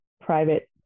private